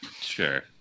sure